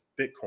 Bitcoin